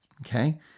Okay